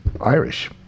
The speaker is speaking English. Irish